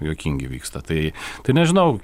juokingi vyksta tai tai nežinau